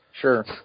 Sure